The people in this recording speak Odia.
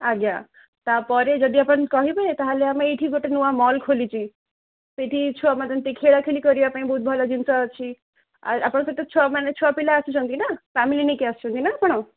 ଆଜ୍ଞା ତାପରେ ଯଦି ଆପଣ କହିବେ ତାହେଲେ ଆମେ ଏଇଠି ଗୋଟେ ନୂଆ ମଲ୍ ଖୋଲିଛି ସେଇଠି ଛୁଆମାନେ ତ ଟିକେ ଖେଳାଖେଳି କରିବା ପାଇଁ ବହୁତ ଭଲ ଜିନିଷ ଅଛି ଆପଣଙ୍କ ସହିତ ଛୁଆମାନେ ଛୁଆପିଲା ଆସୁଛନ୍ତି ନା ଫ୍ୟାମିଲୀ ନେଇକି ଆସୁଛନ୍ତି ନା ଆପଣ